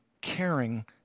caring